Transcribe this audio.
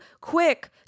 quick